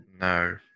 No